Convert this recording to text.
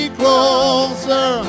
closer